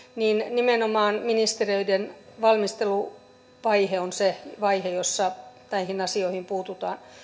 nimenomaan ministeriöiden valmisteluvaihe on se vaihe jossa näihin asioihin puututaan